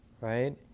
right